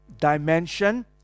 dimension